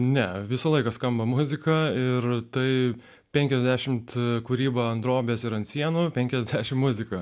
ne visą laiką skamba muzika ir tai penkiasdešimt kūryba ant drobės ir ant sienų penkiasdešimt muzika